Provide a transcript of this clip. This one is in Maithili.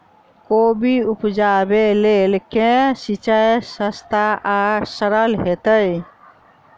कोबी उपजाबे लेल केँ सिंचाई सस्ता आ सरल हेतइ?